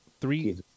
three